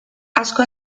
asko